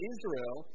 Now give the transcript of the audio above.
Israel